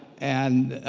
and